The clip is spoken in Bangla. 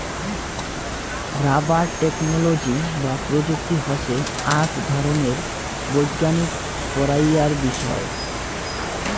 রাবার টেকনোলজি বা প্রযুক্তি হসে আক ধরণের বৈজ্ঞানিক পড়াইয়ার বিষয়